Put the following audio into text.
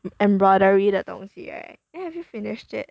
embroidery 的东西 right then have you finished it